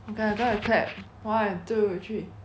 okay I'm gonna clap one two three